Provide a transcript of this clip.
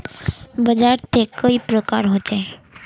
बाजार त कई प्रकार होचे?